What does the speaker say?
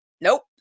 nope